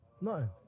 no